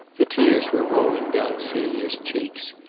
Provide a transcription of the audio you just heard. the tears were rolling down celia's cheeks.